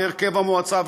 הרכב המועצה,